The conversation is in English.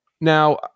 Now